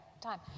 time